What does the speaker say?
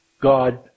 God